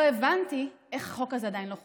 לא הבנתי איך החוק הזה עדיין לא חוקק.